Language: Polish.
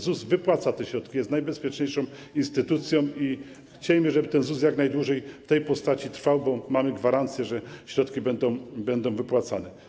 ZUS wypłaca te środki, jest najbezpieczniejszą instytucją i chciejmy, żeby ten ZUS jak najdłużej w tej postaci trwał, bo mamy gwarancję, że środki będą wypłacane.